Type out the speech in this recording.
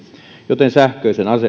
joten sähköisen